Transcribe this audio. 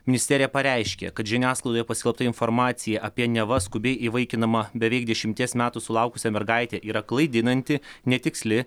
ministerija pareiškė kad žiniasklaidoje paskelbta informacija apie neva skubiai įvaikinamą beveik dešimties metų sulaukusią mergaitę yra klaidinanti netiksli